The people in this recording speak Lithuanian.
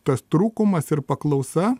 tas trūkumas ir paklausa